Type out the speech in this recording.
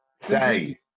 Say